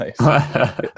Nice